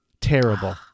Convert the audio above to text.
terrible